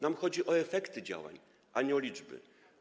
Nam chodzi o efekty działań, a nie o liczby.